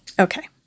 Okay